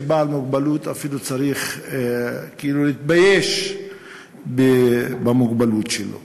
שבעל מוגבלות אפילו צריך כאילו להתבייש במוגבלות שלו.